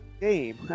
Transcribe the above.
game